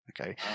okay